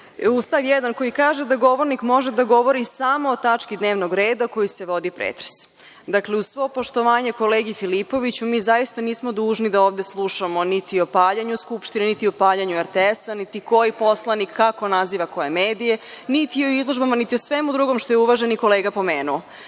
stav 1. koji kaže da govornik može da govori samo o tački dnevnog reda o kojoj se vodi pretres. Dakle, uz svoj poštovanje kolege Filipovića, mi zaista nismo dužni da ovde slušamo niti o paljenju Skupštine, niti o paljenju RTS, niti koji poslanik kako naziva koje mediji, niti o izložbama, niti o svemu drugom što je uvaženi kolega pomenuo. Današnja